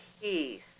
Peace